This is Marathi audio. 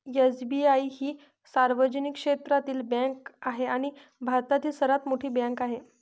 एस.बी.आई ही सार्वजनिक क्षेत्रातील बँक आहे आणि भारतातील सर्वात मोठी बँक आहे